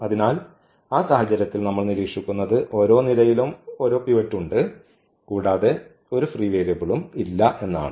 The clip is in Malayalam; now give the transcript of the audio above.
അതിനാൽ ആ സാഹചര്യത്തിൽ നമ്മൾ നിരീക്ഷിക്കുന്നത് ഓരോ നിരയിലും ഒരു പിവറ്റ് ഉണ്ട് കൂടാതെ ഒരു ഫ്രീ വേരിയബിളും ഇല്ല എന്നാണ്